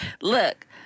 Look